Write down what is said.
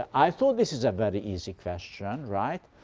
i thought this is a very easy question. right?